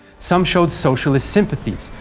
some showed socialist sympathies,